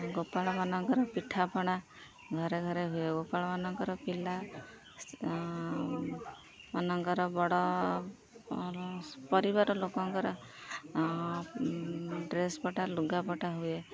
ଗୋପାଳ ମାନଙ୍କର ପିଠାପଣା ଘରେ ଘରେ ହୁଏ ଗୋପାଳ ମାନଙ୍କର ପିଲା ମାନଙ୍କର ବଡ଼ ପରିବାର ଲୋକଙ୍କର ଡ୍ରେସ ପଟା ଲୁଗାପଟା ହୁଏ